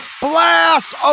Blast